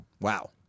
wow